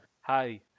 hi